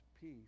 peace